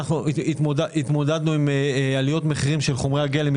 אנחנו התמודדנו עם עליות מחירי של חומרי הגלם,